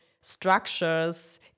structures